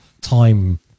time